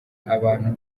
abantu